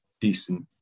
decent